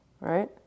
right